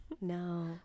No